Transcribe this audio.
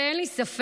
אין לי ספק